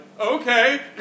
okay